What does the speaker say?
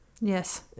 yes